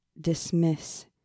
dismiss